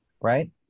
right